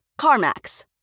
CarMax